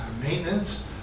maintenance